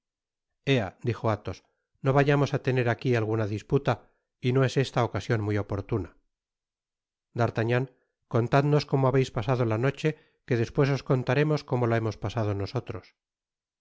ea dijo athos no vayamos á tener aqui alguna disputa y no es esta ocasion muy oportuna d'artagnan contadnos como habeis pasado la noche que despues os contaremos como la hemos pasado nosotros en